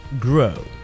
grow